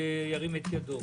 ירים את ידו.